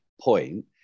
point